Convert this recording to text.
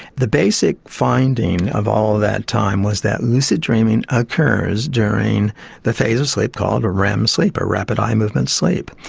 the basic finding of all that time was that lucid dreaming occurs during the phase of sleep called a rem sleep, a rapid eye movement sleep,